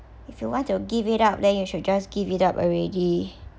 if you want to give it up then you should just give it up already